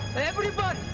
everybody,